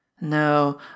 No